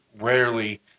rarely